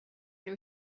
new